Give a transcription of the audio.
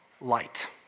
light